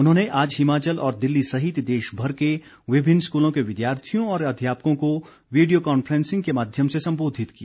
उन्होंने आज हिमाचल और दिल्ली सहित देशभर के विभिन्न स्कूलों के विद्यार्थियों और अध्यापकों को वीडियो कॉन्फ्रेंसिंग के माध्यम से संबोधित किया